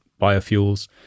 biofuels